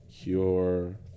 cure